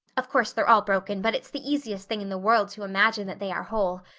of course, they're all broken but it's the easiest thing in the world to imagine that they are whole.